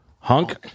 hunk